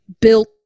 built